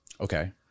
Okay